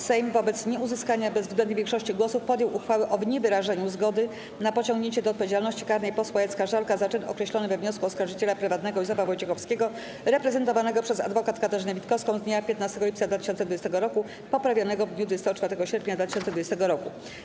Sejm wobec nieuzyskania bezwzględnej większości głosów podjął uchwałę o niewyrażeniu zgody na pociągnięcie do odpowiedzialności karnej posła Jacka Żalka za czyn określony we wniosku oskarżyciela prywatnego Józefa Wojciechowskiego, reprezentowanego przez adwokat Katarzynę Witkowską z dnia 15 lipca 2020 r., poprawionym w dniu 24 sierpnia 2020 r.